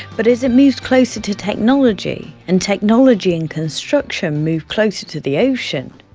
but as it moves closer to technology, and technology and construction move closer to the ocean,